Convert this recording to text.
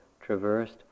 traversed